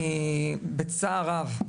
אני בצער רב,